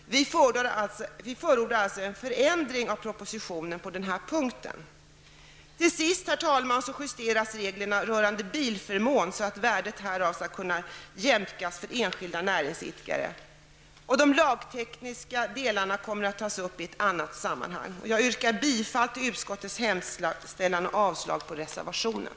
Vi förordar alltså en ändring av propositionen på denna punkt. Till sist, herr talman, justeras reglerna rörande bilförmån så att värdet härav skall kunna jämkas för enskilda näringsidkare. De lagtekniska delarna kommer att tas upp i ett annat sammanhang. Jag yrkar bifall till utskottets hemställan och avslag på reservationen.